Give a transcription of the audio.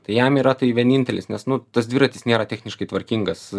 tai jam yra tai vienintelis nes nu tas dviratis nėra techniškai tvarkingas